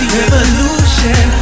revolution